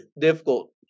difficult